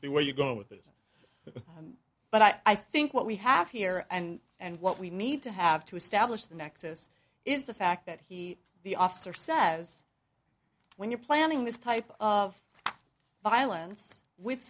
see where you go with this but i think what we have here and and what we need to have to establish the nexus is the fact that he the officer says when you're planning this type of violence with